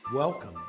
Welcome